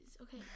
Okay